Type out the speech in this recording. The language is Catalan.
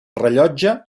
rellotge